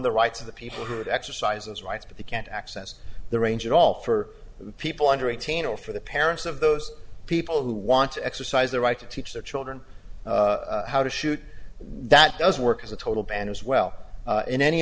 the rights of the people who would exercise those rights but they can't access the range at all for people under eighteen or for the parents of those people who want to exercise their right to teach their children how to shoot that doesn't work as a total ban as well in any